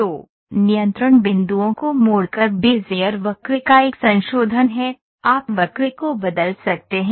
तो नियंत्रण बिंदुओं को मोड़कर बेज़ियर वक्र का एक संशोधन है आप वक्र को बदल सकते हैं